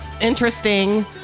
interesting